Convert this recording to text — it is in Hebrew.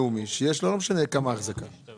ולא משנה מה גובה ההחזקה שלו